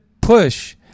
push